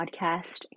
podcast